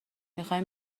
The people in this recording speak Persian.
میخایم